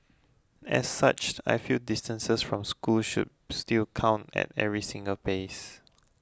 as such I feel distances from school should still count at every single phase